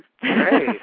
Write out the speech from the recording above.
Great